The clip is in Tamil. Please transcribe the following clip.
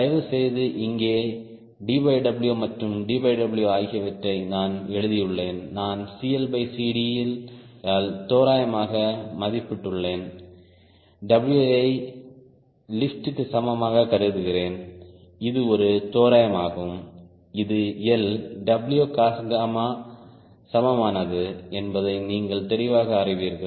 தயவுசெய்து இங்கே DW மற்றும் DW ஆகியவற்றை நான் எழுதியுள்ளேன் நான் CLCD ஆல் தோராயமாக மதிப்பிட்டுள்ளேன் W ஐ லிப்ட் சமமாக கருதுகிறேன் இது ஒரு தோராயமாகும் இதுL Wcos சமமானது என்பதை நீங்கள் தெளிவாக அறிவீர்கள்